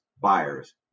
buyers